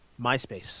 MySpace